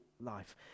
life